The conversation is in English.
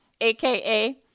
AKA